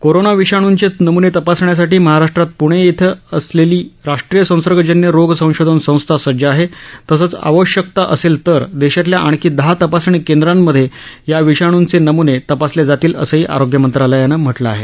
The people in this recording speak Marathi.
कोरोना विषाणूंचे नम्ने तपासण्यासाठी महाराष्ट्रात प्णे येथे असलेली राष्ट्रीय संसर्गजन्य रोग संशोधन संस्था सज्ज आहे तसंच आवश्यकता असेल तर देशातल्या आणखी दहा तपासणी कैंद्रांमध्ये या विषाणूंचे नमूने तपासले जातील असंही आरोग्य मंत्रालयानं म्हटलं आहे